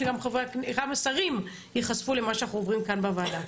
שגם השרים ייחשפו למשה שאנחנו עוברים כאן בוועדה.